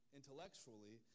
intellectually